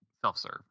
self-serve